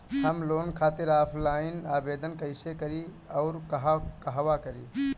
हम लोन खातिर ऑफलाइन आवेदन कइसे करि अउर कहवा करी?